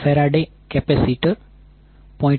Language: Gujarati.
1F capacitor 0